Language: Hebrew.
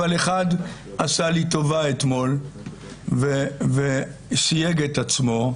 אבל אחד עשה לי טובה אתמול וסייג את עצמו,